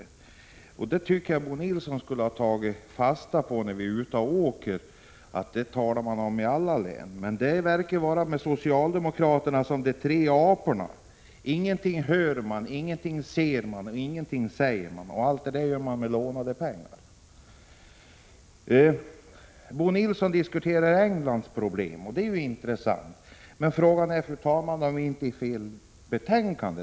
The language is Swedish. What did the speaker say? När vi varit ute och åkt i landet tycker jag att Bo Nilsson borde ha tagit fasta på att man i alla län talar om detta. Men det verkar förhålla sig med socialdemokraterna som med de tre aporna: ingenting hör de, ingenting ser de och ingenting säger de. Allt görs med lånade pengar. Bo Nilsson diskuterade Englands problem, och det är ju intressant. Men frågan är, fru talman, om vi då inte hamnat i fel betänkande.